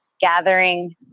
gathering